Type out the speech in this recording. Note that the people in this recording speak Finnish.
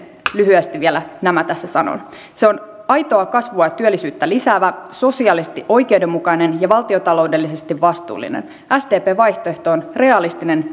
lyhyesti vielä nämä tässä sanon se on aitoa kasvua ja työllisyyttä lisäävä sosiaalisesti oikeudenmukainen ja valtiontaloudellisesti vastuullinen sdpn vaihtoehto on realistinen